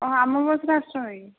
ଅଃ ଆମ ବସ୍ରେ ଆସୁଛନ୍ତି କି